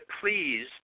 please